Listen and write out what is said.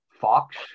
Fox